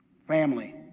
family